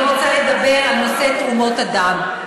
אני רוצה לדבר על נושא תרומות הדם.